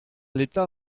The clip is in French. l’état